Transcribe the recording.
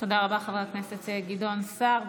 תודה רבה, חבר הכנסת גדעון סער.